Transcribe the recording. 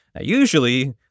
Usually